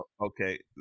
Okay